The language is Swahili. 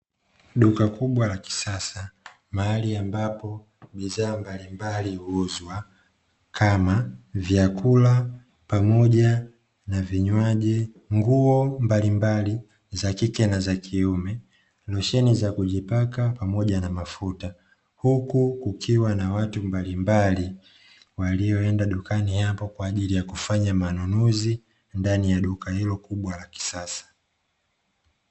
Duka kubwa la kisasa, mahali ambapo bidhaa mbalimbali huuzwa, kama vyakula pamoja na vinywaji, nguo mbalimbali za kike na za kiume, losheni za kujipaka pamoja na mafuta; huku kukiwa na watu mbalimbali walioenda dukani hapo, kwa ajili ya kufanya manunuzi ndani ya duka hilo kubwa la kisasa.